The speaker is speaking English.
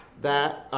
that